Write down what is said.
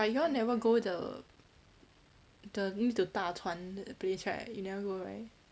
but you all never go the the need to 搭船 that place right you never go right